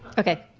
ok.